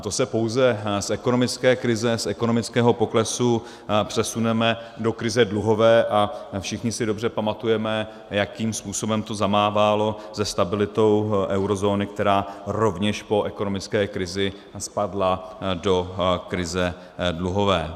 To se pouze z ekonomické krize, z ekonomického poklesu přesuneme do krize dluhové, a všichni si dobře pamatujeme, jakým způsobem to zamávalo se stabilitou eurozóny, která rovněž po ekonomické krizi spadla do krize dluhové.